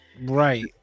right